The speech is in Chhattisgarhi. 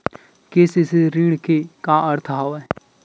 के.सी.सी ऋण के का अर्थ हवय?